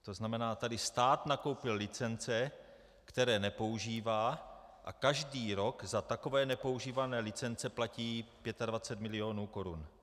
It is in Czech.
To znamená, že tady stát nakoupil licence, které nepoužívá, a každý rok za takové nepoužívané licence platí 25 mil. korun.